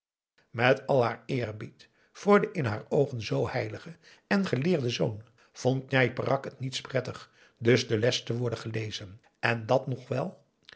met al haar eerbied voor den in haar oogen zoo aum boe akar eel heiligen en geleerden zoon vond njai peraq het niets prettig dus de les te worden gelezen en dat nog wel